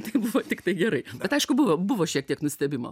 tai buvo tiktai gerai bet aišku buvo buvo šiek tiek nustebimo